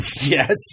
Yes